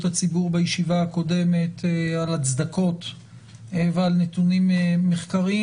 הציבור בישיבה הקודמת על הצדקות ועל נתונים מחקריים,